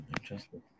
Interesting